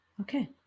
Okay